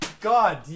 god